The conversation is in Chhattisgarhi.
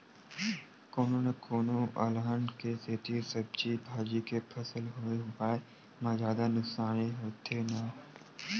कोनो न कोनो अलहन के सेती सब्जी भाजी के फसल होए हुवाए म जादा नुकसानी होथे न